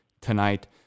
tonight